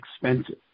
expensive